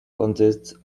consists